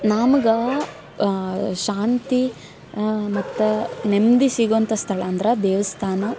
ನಮ್ಗೆ ಶಾಂತಿ ಮತ್ತು ನೆಮ್ಮದಿ ಸಿಗೋ ಅಂತ ಸ್ಥಳ ಅಂದ್ರೆ ದೇವಸ್ಥಾನ